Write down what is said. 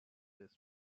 this